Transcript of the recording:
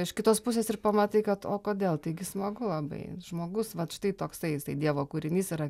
iš kitos pusės ir pamatai kad o kodėl taigi smagu labai žmogus vat štai toksai jisai dievo kūrinys yra